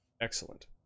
excellent